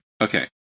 Okay